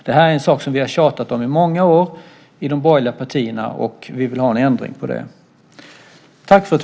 Det här är en sak som vi i de borgerliga partierna har tjatat om i många år, och vi vill ha en ändring på det.